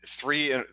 three